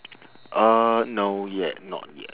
uh no yet not yet